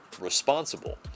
responsible